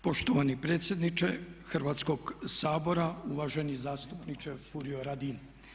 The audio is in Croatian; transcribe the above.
Poštovani predsjedniče Hrvatskog sabora, uvaženi zastupniče Fuiro Radin.